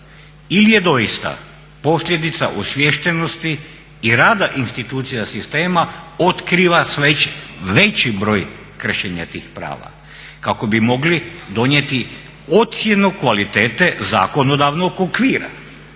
ili je doista posljedica osviještenosti i rada institucija rada sistema otkriva veći broj kršenja tih prava kako bi mogli donijeti ocjenu kvalitete zakonodavnog okvira.